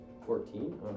Fourteen